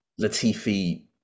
Latifi